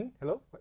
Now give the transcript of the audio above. Hello